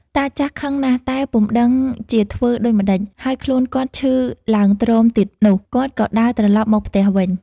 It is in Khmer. តាចាស់ខឹងណាស់តែពុំដឹងជាធ្វើដូចម្តេច ហើយខ្លួនគាត់ឈឺឡើងទ្រមទៀតនោះ គាត់ក៏ដើរត្រឡប់មកផ្ទះវិញ។